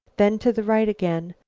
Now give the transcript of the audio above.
then to the right again.